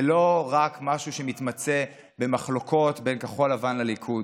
זה לא רק משהו שמתמצה במחלוקות בין כחול לבן לליכוד,